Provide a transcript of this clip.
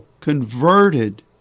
converted